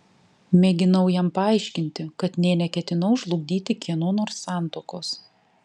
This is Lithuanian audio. mėginau jam paaiškinti kad nė neketinau žlugdyti kieno nors santuokos